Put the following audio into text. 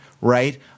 right